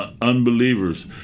unbelievers